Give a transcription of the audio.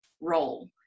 role